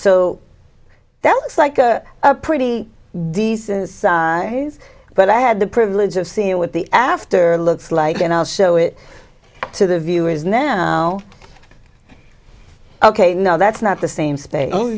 looks like a pretty decent but i had the privilege of seeing what the after looks like and i'll show it to the viewers now ok now that's not the same space oh